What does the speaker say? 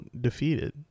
defeated